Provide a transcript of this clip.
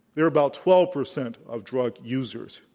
they're about twelve percent of drug users.